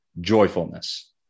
joyfulness